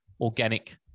organic